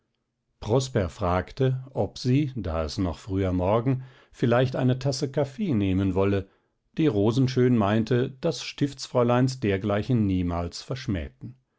prosper fragte ob sie da es noch früher morgen vielleicht eine tasse kaffee nehmen wolle die rosenschön meinte daß stiftsfräuleins dergleichen niemals verschmähten